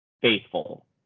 faithful